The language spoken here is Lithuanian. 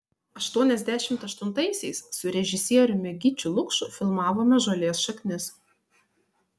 aštuoniasdešimt aštuntaisiais su režisieriumi gyčiu lukšu filmavome žolės šaknis